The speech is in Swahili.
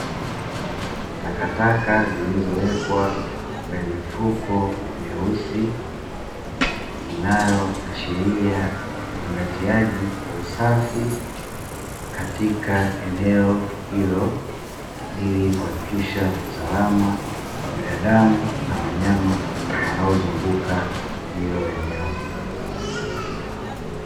Takataka zilizowekwa kwenye mifuko meusi, inayoashiria uzingatiaji wa usafi katika eneo hilo, ili kuhakikisha usalama wa binadamu na wanyama wanaozunguka hilo eneo.